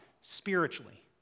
spiritually